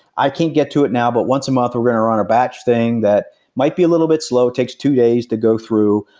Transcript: i can't get to it now, but once a month were going on a batch thing that might be a little bit slow, takes two days to go through,